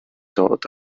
dod